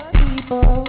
people